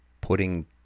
Putting